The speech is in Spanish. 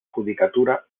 judicatura